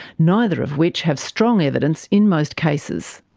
neither of which have strong evidence in most cases.